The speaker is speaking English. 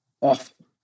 awful